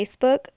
Facebook